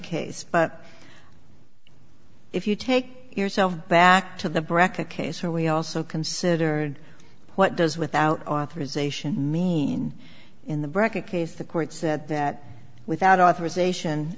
case but if you take yourself back to the braca case where we also considered what does without authorization mean in the brecon case the court said that without authorization